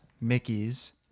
Mickey's